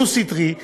הוא דו-סטרי,